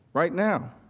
right now